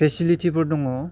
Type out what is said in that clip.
फेसिलिटिफोर दङ